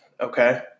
okay